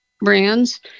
brands